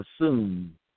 assume